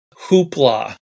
hoopla